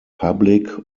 public